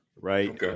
right